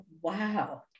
wow